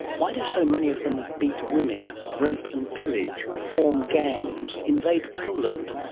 why do so many of them beat women, rape and pillage, form gangs, invade poland,